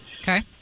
Okay